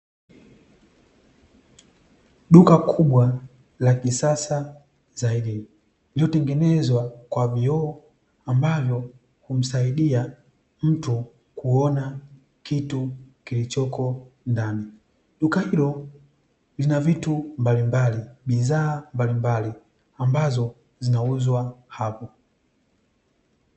Duka kubwa la kisasa zaidi lililotengenezwa kwa vioo ambavyo humsaidia mtu kuona kitu kilichopo ndani. Duka hilo lina vitu mbalimbali, bidhaa mbalimbali ambazo zinauzwa hapo.